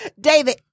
David